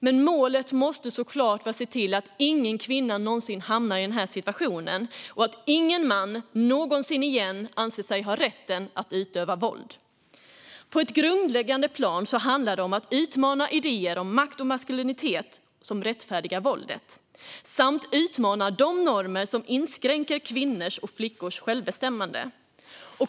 Men målet måste såklart vara att se till att ingen kvinna någonsin hamnar i den här situationen och att ingen man någonsin igen anser sig ha rätten att utöva våld. På ett grundläggande plan handlar det om att utmana idéer om makt och maskulinitet som rättfärdigar våldet samt utmana de normer som inskränker kvinnors och flickors självbestämmande.